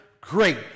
Great